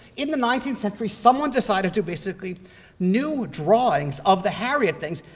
in the nineteenth century, someone decided to basically new drawings of the harriott things,